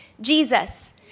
Jesus